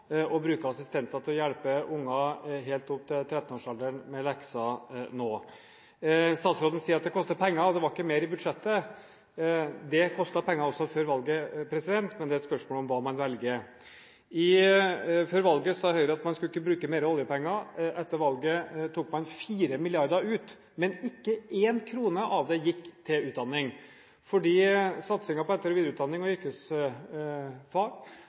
å bruke assistenter til å hjelpe unger helt opp til 13-årsalderen med lekser nå. Statsråden sier at det koster penger – det var ikke mer i budsjettet. Det kostet også penger før valget, men det er et spørsmål om hva man velger. Før valget sa Høyre at man ikke skulle bruke flere oljepenger. Etter valget tok man 4 mrd. kr ut, men ikke én krone av dem gikk til utdanning, fordi satsingen på etter- og videreutdanning og